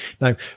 now